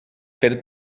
fer